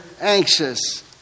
anxious